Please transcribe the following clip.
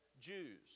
Jews